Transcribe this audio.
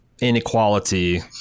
inequality –